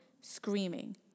screaming